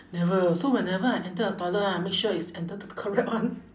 never so whenever I enter a toilet ah I make sure is enter the correct one